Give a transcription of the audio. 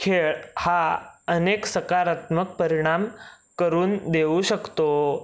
खेळ हा अनेक सकारात्मक परिणाम करून देऊ शकतो